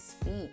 speak